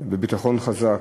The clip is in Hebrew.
וביטחון חזק,